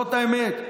זאת האמת.